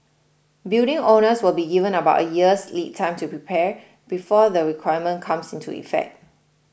building owners will be given about a year's lead time to prepare before the requirement comes into effect